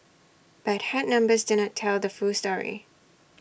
but hard numbers do not tell the full story